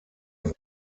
wurm